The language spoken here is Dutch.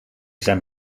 zijn